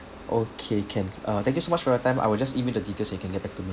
okay can uh thank you so much for your time I will just email the details and you can get back to me